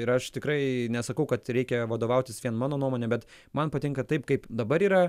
ir aš tikrai nesakau kad reikia vadovautis vien mano nuomone bet man patinka taip kaip dabar yra